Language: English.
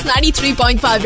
93.5